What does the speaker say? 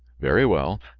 very well,